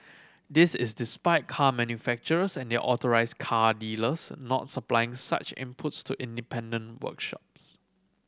this is despite car manufacturers and their authorise car dealers not supplying such inputs to independent workshops